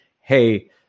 hey